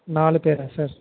நாலு பேரா சார்